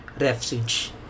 refuge